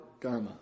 Dharma